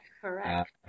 correct